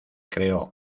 creó